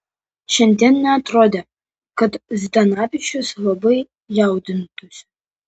šiandien neatrodė kad zdanavičius labai jaudintųsi